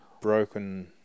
broken